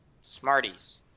Smarties